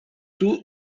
two